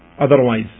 otherwise